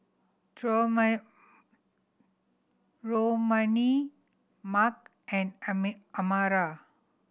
Mack and Amara